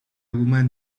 woman